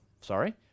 sorry